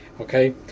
okay